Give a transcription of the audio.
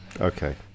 Okay